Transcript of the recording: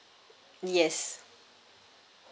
yes